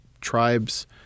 Tribes